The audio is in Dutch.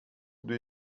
doe